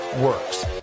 works